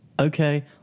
Okay